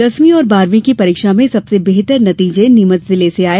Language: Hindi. दसवीं और बारहवीं की परीक्षा में सबसे बेहतर नतीजे नीमच जिले से आए